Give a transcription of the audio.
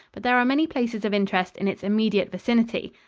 but there are many places of interest in its immediate vicinity.